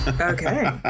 Okay